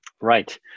Right